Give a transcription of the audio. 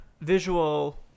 visual